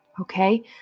Okay